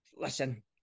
listen